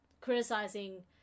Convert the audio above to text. criticizing